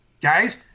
guys